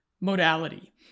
modality